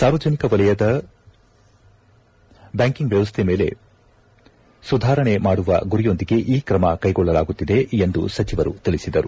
ಸಾರ್ವಜನಿಕ ವಲಯದ ಬ್ಯಾಂಕಿಂಗ್ ವ್ಯವಸ್ಥೆಯನ್ನು ಸುಧಾರಣೆಮಾಡುವ ಗುರಿಯೊಂದಿಗೆ ಈ ಕ್ರಮ ಕೈಗೊಳ್ಳಲಾಗುತ್ತಿದೆ ಎಂದು ಸಚಿವರು ತಿಳಿಸಿದರು